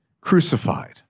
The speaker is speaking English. crucified